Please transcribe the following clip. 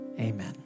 Amen